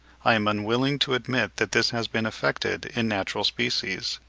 i am unwilling to admit that this has been effected in natural species.